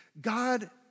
God